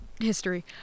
history